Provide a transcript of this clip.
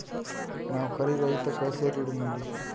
नौकरी रही त कैसे ऋण मिली?